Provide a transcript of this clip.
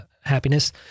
happiness